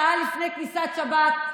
שעה לפני כניסת שבת,